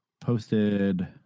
Posted